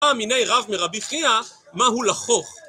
בעא מיניה רב מרבי חייא, מהו לחוך